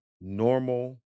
normal